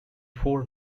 four